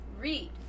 Read